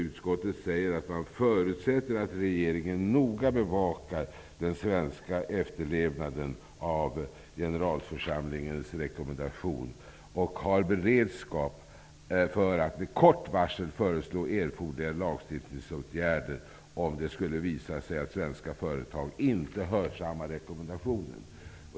Utskottet förutsätter att regeringen noga bevakar den svenska efterlevnaden av generalförsamlingens rekommendation och har beredskap för att med kort varsel föreslå erforderliga lagstiftningsåtgärder om det skulle visa sig att svenska företag inte hörsammar rekommendationen.